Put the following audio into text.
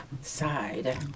side